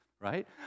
right